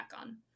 on